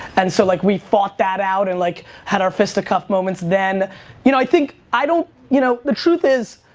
and so like we fought that out and like had our fistacuff movements then. you know i think, i don't, you know, the truth is